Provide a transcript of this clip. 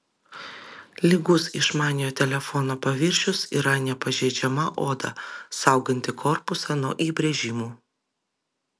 lygus išmaniojo telefono paviršius yra nepažeidžiama oda sauganti korpusą nuo įbrėžimų